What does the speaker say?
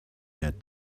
had